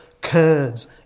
Kurds